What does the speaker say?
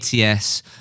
ATS